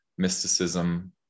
mysticism